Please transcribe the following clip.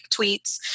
tweets